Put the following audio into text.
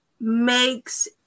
makes